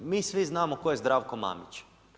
Mi svi znamo tko je Zdravko Mamić.